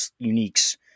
uniques